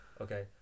okay